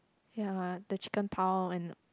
ya the chicken pau and